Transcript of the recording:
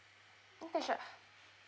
okay sure